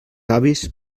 avis